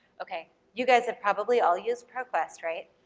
okay, you guys have probably all used proquest right?